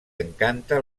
encanta